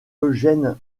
eugène